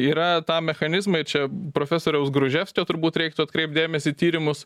yra tam mechanizmai čia profesoriaus gruževskio turbūt reiktų atkreipt dėmesį į tyrimus